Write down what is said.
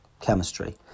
chemistry